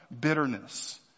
bitterness